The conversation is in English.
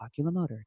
oculomotor